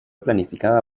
planificada